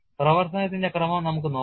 പ്രവർത്തനത്തിന്റെ ക്രമം നമുക്ക് നോക്കാം